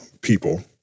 people